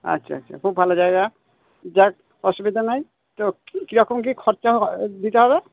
আচ্ছা আচ্ছা আচ্ছা খুব ভালো জায়গা যাক অসুবিধা নেই তো কিরকম কি খরচা দিতে হবে